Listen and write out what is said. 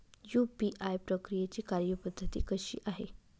UPI प्रक्रियेची कार्यपद्धती कशी आहे?